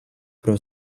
pro